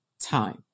time